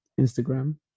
Instagram